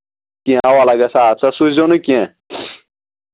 کینٛہہ اَوا لَگس آ سۄ سوٗزیو نہٕ کیٚنہہ